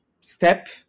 step